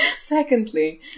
Secondly